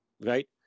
right